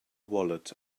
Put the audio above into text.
wallet